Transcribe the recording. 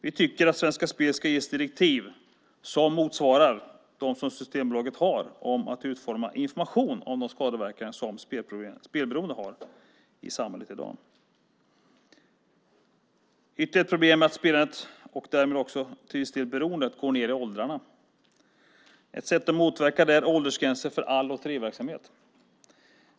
Vi tycker att Svenska Spel ska ges direktiv som motsvarar dem som Systembolaget har och utforma information om spelberoendets skadeverkningar. Ytterligare ett problem är att spelandet, och därmed till viss del beroendet, går ned i åldrarna. Ett sätt att motverka det är åldersgränser för all lotteriverksamhet.